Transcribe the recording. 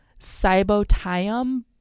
Cybotium